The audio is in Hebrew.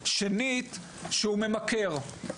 שנית שהוא ממכר,